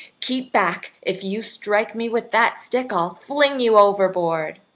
keep back! if you strike me with that stick i'll fling you overboard!